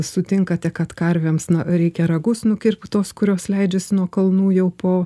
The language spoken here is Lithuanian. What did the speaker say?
sutinkate kad karvėms na reikia ragus nukirpt tos kurios leidžiasi nuo kalnų jau po